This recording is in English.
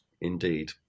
Indeed